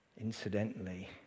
incidentally